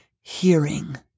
hearing